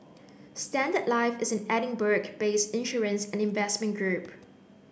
Standard Life is an Edinburgh based insurance and investment group